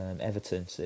Everton